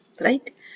right